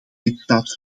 lidstaat